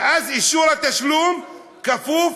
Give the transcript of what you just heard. ואז אישור התשלום כפוף,